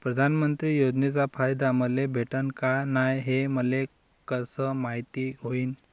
प्रधानमंत्री योजनेचा फायदा मले भेटनं का नाय, हे मले कस मायती होईन?